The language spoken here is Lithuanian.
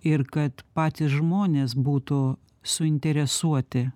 ir kad patys žmonės būtų suinteresuoti